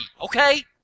okay